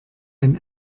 ein